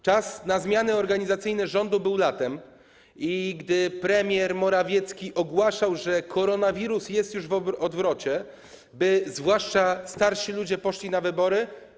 Czas na zmiany organizacyjne rządu był latem, gdy premier Morawiecki ogłaszał, że koronawirus jest już w odwrocie, po to by zwłaszcza starsi ludzie poszli na wybory.